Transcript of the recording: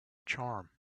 charm